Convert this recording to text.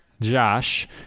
Josh